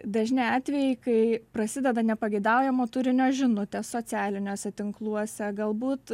dažni atvejai kai prasideda nepageidaujamo turinio žinutės socialiniuose tinkluose galbūt